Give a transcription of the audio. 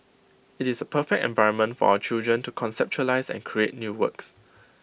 IT is A perfect environment for our children to conceptualise and create new works